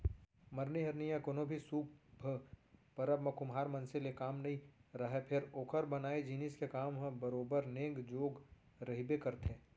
मरनी हरनी या कोनो भी सुभ परब म कुम्हार मनसे ले काम नइ रहय फेर ओकर बनाए जिनिस के काम ह बरोबर नेंग जोग रहिबे करथे